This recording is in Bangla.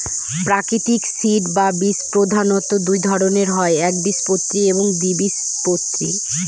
প্রাকৃতিক সিড বা বীজ প্রধানত দুই ধরনের হয় একবীজপত্রী এবং দ্বিবীজপত্রী